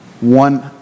one